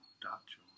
Dutch